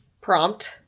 prompt